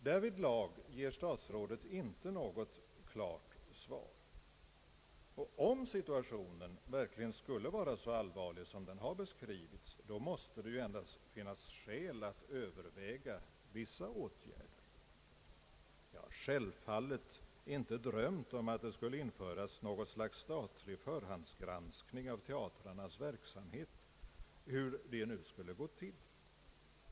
Därvidlag ger statsrådet inte något klart svar. Och om situationen verkligen skulle vara så allvarlig som den har beskrivits, måste det ju finnas skäl att överväga vissa åtgärder. Jag har självfallet inte drömt om att det skulle införas något slags statlig förhandsgranskning av teatrarnas verksamhet — hur det nu skulle gå till.